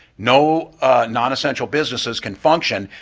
no nonessential businesses can function,